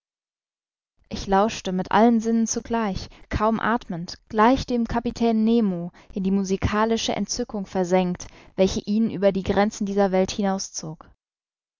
ich lauschte mit allen sinnen zugleich kaum athmend gleich dem kapitän nemo in die musikalische entzückung versenkt welche ihn über die grenzen dieser welt hinauszog